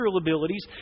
abilities